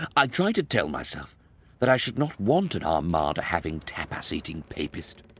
i tried to tell myself that i should not want an armada-having, tapas eating papist,